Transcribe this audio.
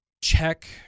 check